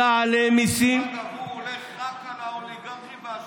ליברמן, הוא הולך רק על האוליגרכים והעשירים.